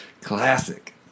Classic